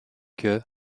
que